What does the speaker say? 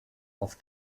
auf